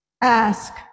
Ask